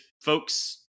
folks